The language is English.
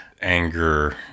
Anger